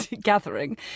gathering